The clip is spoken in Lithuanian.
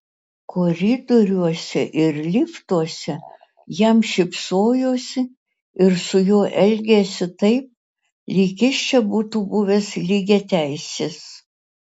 koridoriuose ir liftuose jam šypsojosi ir su juo elgėsi taip lyg jis čia būtų buvęs lygiateisis